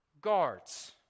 guards